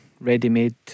ready-made